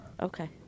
Okay